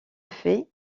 fait